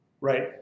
Right